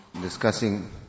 discussing